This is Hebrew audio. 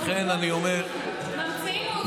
ממציאים עובדות,